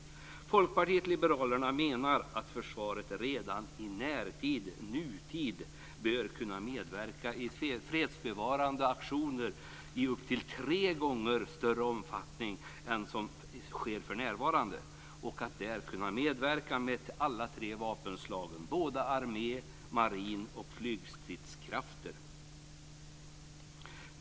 Folkpartiet liberalerna menar att försvaret redan i närtid, i nutid, bör kunna medverka i fredsbevarande aktioner i upp till tre gånger större omfattning än vad som sker för närvarande och med medverkan av alla de tre vapenslagen armé, marin och flygstridskrafter.